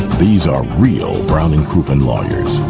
these are real brown and crouppen lawyers.